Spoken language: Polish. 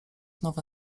nowe